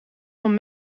van